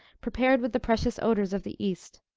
prepared with the precious odors of the east.